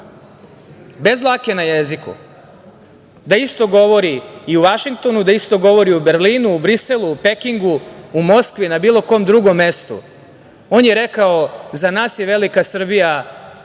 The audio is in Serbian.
bez dlake na jeziku da isto govori i u Vašingtonu, da isto govori u Berlinu, Briselu, Pekingu, u Moskvi, na bilo kom drugom mestu. On je rekao, za nas je velika Srbija